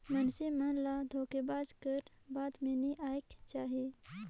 मइनसे मन ल धोखेबाज कर बात में नी आएक चाही